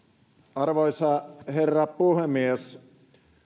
arvoisa herra puhemies